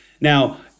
Now